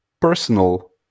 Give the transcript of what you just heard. personal